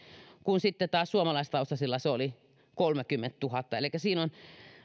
kun sitten taas suomalaistaustaisilla ne olivat kolmekymmentätuhatta elikkä siinä on